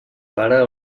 pare